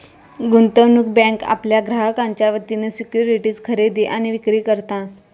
गुंतवणूक बँक आपल्या ग्राहकांच्या वतीन सिक्युरिटीज खरेदी आणि विक्री करता